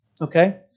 okay